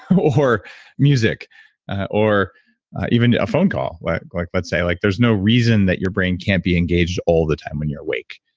or music or even a phone call. like like let's say like there's no reason that your brain can't be engaged all the time when you're awake,